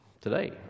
today